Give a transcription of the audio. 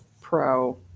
pro